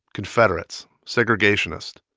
confederates, segregationists.